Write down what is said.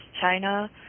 China